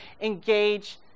engage